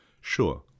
Sure